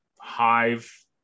hive